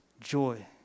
joy